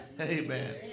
Amen